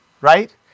right